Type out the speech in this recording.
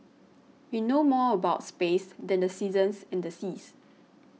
we know more about space than the seasons and the seas